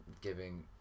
giving